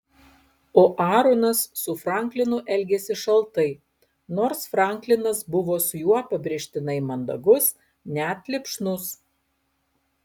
o aaronas su franklinu elgėsi šaltai nors franklinas buvo su juo pabrėžtinai mandagus net lipšnus